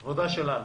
זה עבודה שלנו